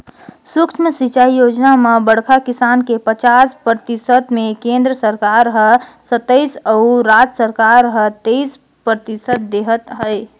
सुक्ष्म सिंचई योजना म बड़खा किसान के पचास परतिसत मे केन्द्र सरकार हर सत्तइस अउ राज सरकार हर तेइस परतिसत देहत है